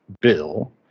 Bill